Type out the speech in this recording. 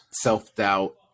self-doubt